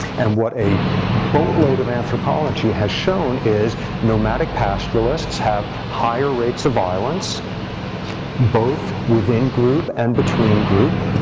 and what a boatload of anthropology has shown is nomadic pastoralists have higher rates of violence both within group and between group.